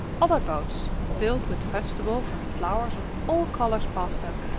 other boats filled with vegetables and flowers of all colors passed them.